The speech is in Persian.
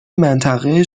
منطقه